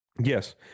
Yes